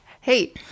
Hey